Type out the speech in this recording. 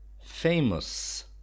Famous